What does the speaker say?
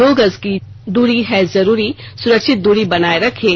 दो गज की दूरी है जरूरी सुरक्षित दूरी बनाए रखें